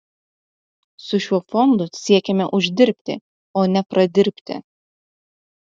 su šiuo fondu siekiame uždirbti o ne pradirbti